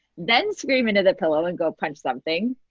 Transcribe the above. then scream into the pillow and go punch something.